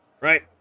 Right